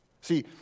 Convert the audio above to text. See